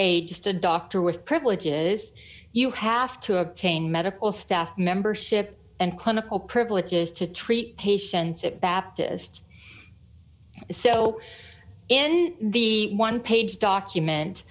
a just a doctor with privileges you have to obtain medical staff membership and clinical privileges to treat patients in baptist so in the one page